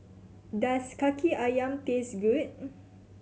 does Kaki Ayam taste good